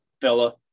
fella